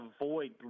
avoid